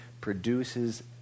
produces